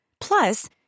Plus